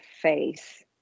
face